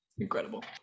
Incredible